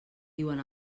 diuen